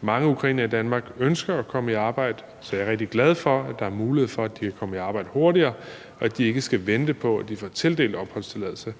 Mange ukrainere i Danmark ønsker at komme i arbejde, så jeg er rigtig glad for, at der er mulighed for, at de kan komme i arbejde hurtigere, og at de ikke skal vente på, at de får tildelt opholdstilladelse.